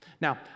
Now